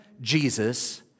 Jesus